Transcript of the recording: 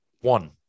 One